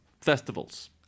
festivals